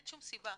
אין שום סיבה.